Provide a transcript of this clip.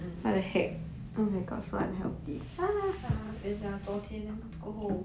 then ah 昨天 then 过后